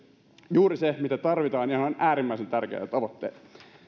juuri se mitä tarvitaan ja ne ovat ihan äärimmäisen tärkeitä tavoitteita